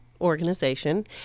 organization